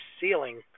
ceiling